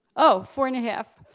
oh, four and a half!